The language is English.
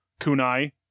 kunai